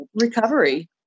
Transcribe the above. recovery